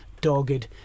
dogged